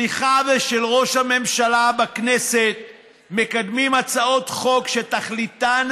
שלוחיו של ראש הממשלה בכנסת מקדמים הצעות חוק שתכליתן